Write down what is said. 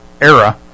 Era